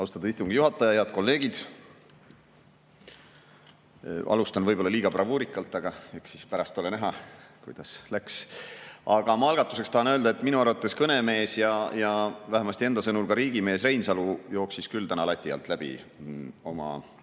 austatud istungi juhataja! Head kolleegid! Alustan võib-olla liiga bravuurikalt, eks pärast ole näha, kuidas läks. Aga ma algatuseks tahan öelda, et minu arvates kõnemees ja vähemasti enda sõnul ka riigimees Reinsalu jooksis küll täna lati alt läbi